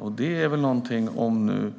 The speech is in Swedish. Om nu